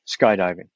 skydiving